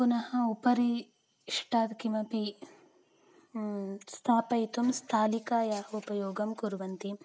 पुनः उपरिष्टात् किमपि स्थापयितुं स्थालिकायाः उपयोगं कुर्वन्ति